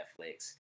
Netflix